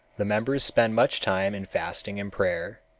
the members spend much time in fasting and prayer,